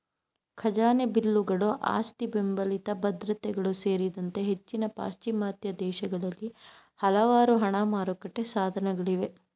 ಖಜಾನೆ ಬಿಲ್ಲುಗಳು ಆಸ್ತಿಬೆಂಬಲಿತ ಭದ್ರತೆಗಳು ಸೇರಿದಂತೆ ಹೆಚ್ಚಿನ ಪಾಶ್ಚಿಮಾತ್ಯ ದೇಶಗಳಲ್ಲಿ ಹಲವಾರು ಹಣ ಮಾರುಕಟ್ಟೆ ಸಾಧನಗಳಿವೆ